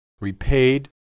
repaid